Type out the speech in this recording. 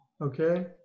okay